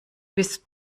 bis